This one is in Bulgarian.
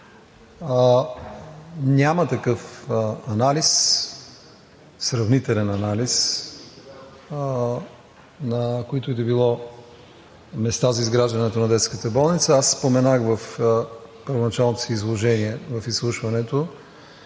Няма такъв анализ, сравнителен анализ на които и да било места за изграждането на детската болница. Аз споменах в първоначалното си изложение на изслушването,